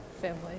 family